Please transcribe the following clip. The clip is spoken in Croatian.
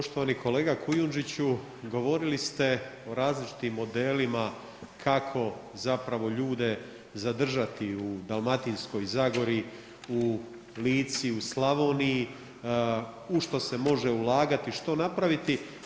Poštovani kolega Kujundžiću, govorili ste o različitim modelima kako zapravo ljude zadržati u Dalmatinskoj zagori, u Lici, u Slavoniji, u što se može ulagati, što napraviti.